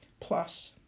plus